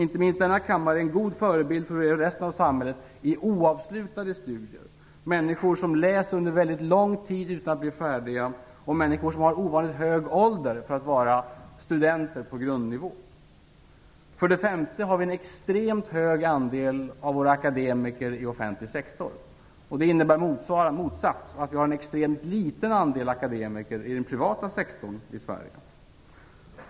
Inte minst denna kammare uppvisar en god provkarta på personer med oavslutade studier. Det gäller också människor som studerar lång tid utan att bli färdiga och sådana som har ovanligt hög ålder för att vara studenter på grundnivå. För det femte återfinns en extremt hög andel av våra akademiker i offentlig sektor. Omvänt har vi i Sverige en extremt liten andel av akademiker inom den privata sektorn.